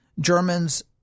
Germans